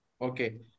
okay